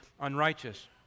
unrighteous